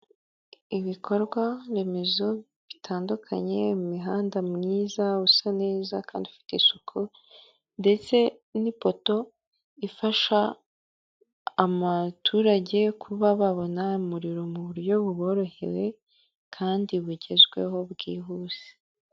Ibikorwa remezo bitandukanye mu mihanda myiza usa neza kandi ufite isuku, ndetse n'ipoto ifasha abaturage kubona umuriro mu buryo buborohewe kandi bugezweho bwihuse.